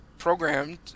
Programmed